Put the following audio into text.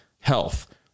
health